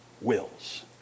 wills